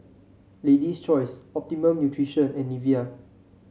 Lady's Choice Optimum Nutrition and Nivea